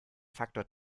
faktor